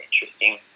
interesting